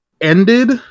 ended